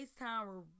FaceTime